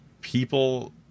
people